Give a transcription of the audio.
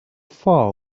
far